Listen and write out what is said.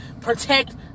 protect